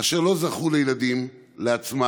אשר לא זכו לילדים לעצמם